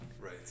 Right